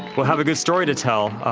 we'll have a good story to tell,